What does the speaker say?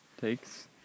Takes